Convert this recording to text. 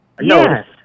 Yes